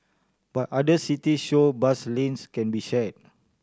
but other city show bus lanes can be share